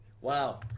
Wow